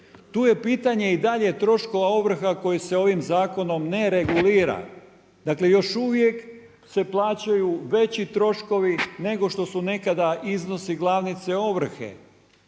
Tu je pitanje i dalje troškova ovrha koje se ovim zakonom ne regulira. Dakle još uvijek se plaćaju veći troškovi nego što su nekada iznosi glavnice ovrhe.